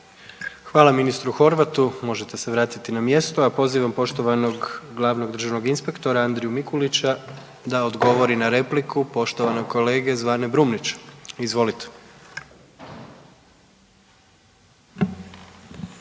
Hvala ministru Horvatu, možete se vratiti na mjesto, a pozivam poštovanog glavnog državnog inspektora Andriju Mikulića da odgovori na repliku poštovanog kolege Zvane Brumnića. Izvolite.